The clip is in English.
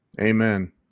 amen